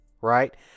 Right